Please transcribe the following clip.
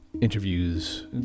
interviews